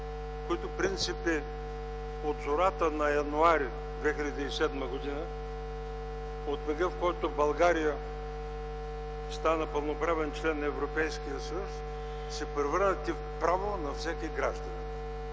които от зората на януари 2007 г., от мига, в който България стана пълноправен член на Европейския съюз, са превърнати в право на всеки гражданин.